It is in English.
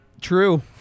True